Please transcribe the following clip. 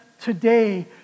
today